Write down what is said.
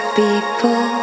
people